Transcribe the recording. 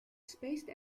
spaced